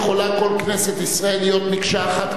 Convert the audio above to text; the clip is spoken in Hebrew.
יכולה כל כנסת ישראל להיות מקשה אחת,